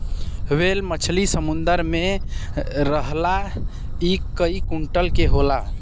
whale मछरी समुंदर में रहला इ कई कुंटल क होला